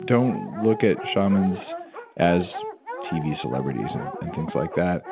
don't look at shamans as tv celebrities and and things like that.